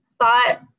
thought